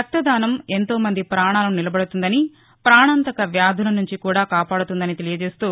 రక్తదానం ఎంతో మంది ప్రాణాలను నిలబెడుతుందని పాణాంతక వ్యాధులనుంచి కూడా కాపాడుతుందని తెలియచేస్తూ